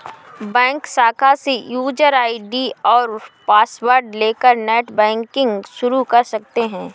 bank शाखा से user ID और पॉसवर्ड लेकर नेटबैंकिंग शुरू कर सकते है